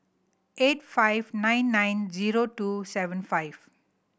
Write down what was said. eight five nine nine zero two seven five